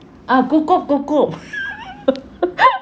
uh kukup kukup